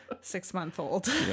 six-month-old